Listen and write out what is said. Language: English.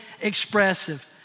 expressive